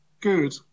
good